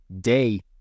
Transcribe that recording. Day